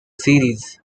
series